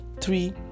Three